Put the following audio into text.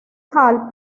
hall